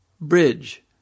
bridge